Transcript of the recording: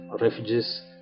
refugees